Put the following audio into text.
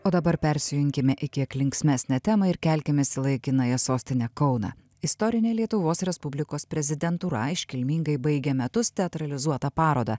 o dabar persijunkime į kiek linksmesnę temą ir kelkimės į laikinąją sostinę kauną istorinė lietuvos respublikos prezidentūra iškilmingai baigia metus teatralizuota paroda